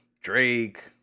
Drake